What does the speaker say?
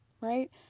Right